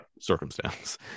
circumstance